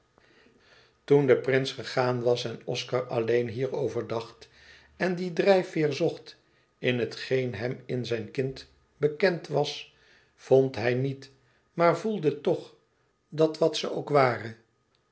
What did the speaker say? toen de prins gegaan was en oscar alleen hierover dacht en die drijveer zocht in hetgeen hem in zijn kind bekend was vond hij niet maar voelde toch dat wat ze ook ware